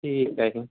ਠੀਕ ਹੈ ਜੀ